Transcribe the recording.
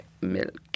milk